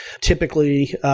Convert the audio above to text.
Typically